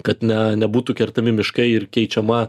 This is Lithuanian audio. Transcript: kad na nebūtų kertami miškai ir keičiama